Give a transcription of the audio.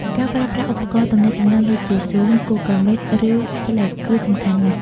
ការប្រើប្រាស់ឧបករណ៍ទំនាក់ទំនងដូចជា Zoom, Google Meet ឬ Slack គឺសំខាន់ណាស់។